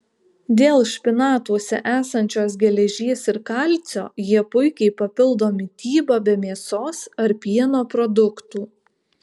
dėl špinatuose esančios geležies ir kalcio jie puikiai papildo mitybą be mėsos ar pieno produktų